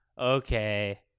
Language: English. okay